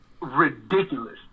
ridiculous